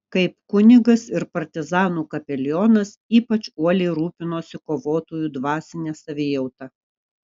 kaip kunigas ir partizanų kapelionas ypač uoliai rūpinosi kovotojų dvasine savijauta